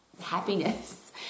happiness